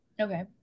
Okay